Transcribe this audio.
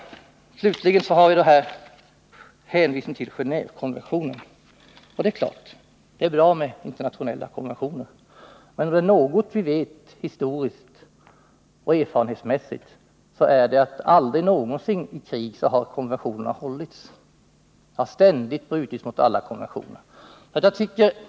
Slutligen hänvisningen till Genevekonventionen. Det är klart att det är bra med internationella konventioner, men är det något som vi erfarenhetsmässigt vet från historien är det att konventionerna aldrig någonsin har hållits i krig. Det har ständigt brutits mot alla konventioner.